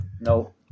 No